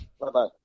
Bye-bye